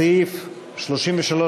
סעיף 33